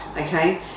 okay